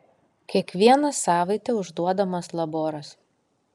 kiekvieną savaitę užduodamas laboras